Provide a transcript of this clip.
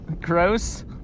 Gross